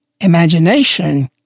imagination